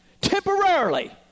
Temporarily